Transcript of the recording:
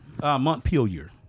Montpelier